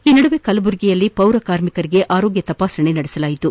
ಈ ನಡುವೆ ಕಲಬುರಗಿಯಲ್ಲಿ ಪೌರಕಾರ್ಮಿಕರಿಗೆ ಆರೋಗ್ಯ ತಪಾಸಣೆ ನಡೆಸಲಾಯಿತು